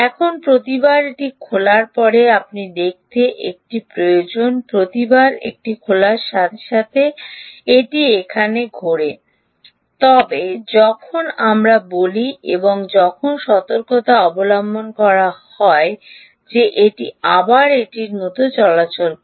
এখন প্রতিবার এটি খোলার পরে আপনি দেখতে এটি প্রয়োজন প্রতিবার এটি খোলার সাথে সাথে এটি এখানে ঘোরে তবে যখন আমরা বলি এবং যখন সতর্কতা অবলম্বন করা হয় যে এটি আবার এটির মতো চলাচল করে